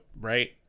Right